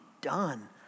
done